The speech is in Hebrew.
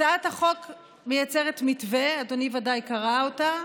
הצעת החוק מייצרת מתווה, אדוני ודאי קרא אותה,